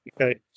Okay